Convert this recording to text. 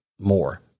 more